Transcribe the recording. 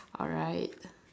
alright